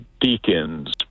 deacons